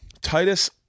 Titus